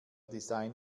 design